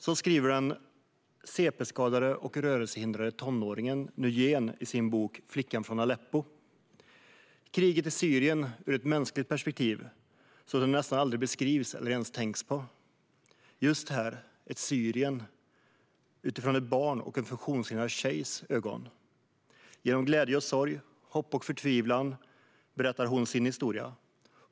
Så skriver den cp-skadade och rörelsehindrade tonåringen Nujeen i sin bok Flickan från Aleppo . Den berättar om kriget i Syrien ur ett mänskligt perspektiv, så som det nästan aldrig beskrivs eller ens tänks på - genom ett barns och en funktionshindrad tjejs ögon. Genom glädje, sorg, hopp och förtvivlan berättar hon sin historia.